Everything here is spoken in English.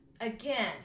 again